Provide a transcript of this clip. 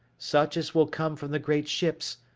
such as will come from the great ships,